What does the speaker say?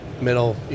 middle